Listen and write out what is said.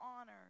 honor